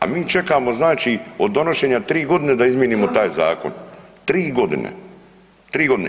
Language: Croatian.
A mi čekamo znači od donošenja tri godine da izmijenimo taj zakon, tri godine.